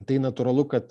tai natūralu kad